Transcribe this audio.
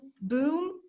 boom